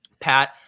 pat